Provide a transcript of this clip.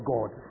God